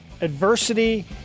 Adversity